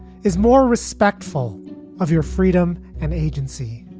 is more respectful of your freedom and agency.